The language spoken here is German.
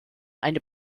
eine